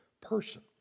person